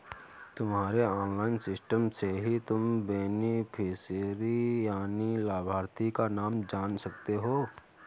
तुम्हारे online system से ही तुम बेनिफिशियरी यानि लाभार्थी का नाम जान सकते हो